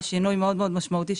שינוי מאוד מאוד משמעותי,